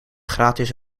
gratis